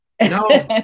No